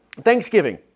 Thanksgiving